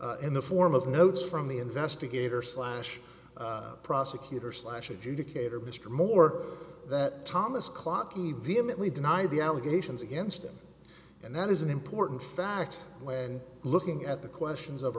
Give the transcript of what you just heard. in the form of notes from the investigator slash prosecutor slash adjudicator mr moore that thomas clocky vehemently denied the allegations against him and that is an important fact when looking at the questions of